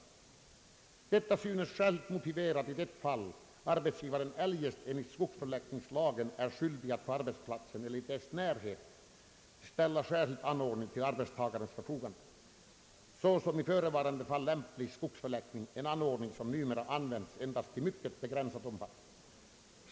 Detta syntes särskilt motiverat i det fall arbetsgivaren eljest enligt skogsförläggningslagen är skyldig att på arbetsplatsen eller i dess närhet ställa särskild anordning till arbetstagarnas förfogande, såsom i förevarande fall lämplig skogsförläggning, en anordning som numera används i endast mycket begränsad omfattning.